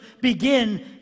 begin